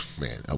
man